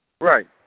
Right